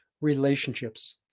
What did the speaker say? relationships